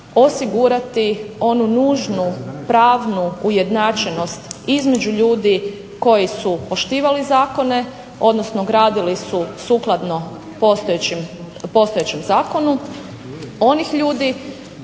osigurati onu nužnu pravnu ujednačenost između ljudi koji su poštivali zakone, odnosno gradili su sukladno postojećem zakonu onih ljudi